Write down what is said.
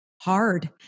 hard